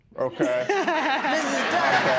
Okay